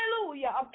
Hallelujah